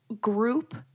Group